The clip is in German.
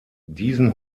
diesen